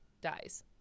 dies